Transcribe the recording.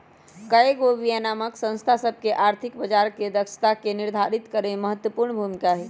कयगो विनियामक संस्था सभ के आर्थिक बजार के दक्षता के निर्धारित करेमे महत्वपूर्ण भूमिका हइ